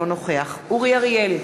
אינו נוכח אורי אריאל,